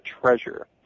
treasure